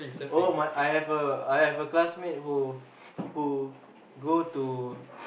oh my I I have a class mate who who go to